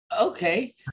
Okay